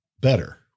better